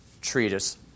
treatise